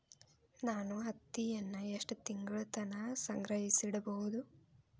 ನಾನು ಹತ್ತಿಯನ್ನ ಎಷ್ಟು ತಿಂಗಳತನ ಸಂಗ್ರಹಿಸಿಡಬಹುದು?